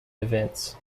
events